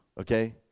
okay